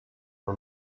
for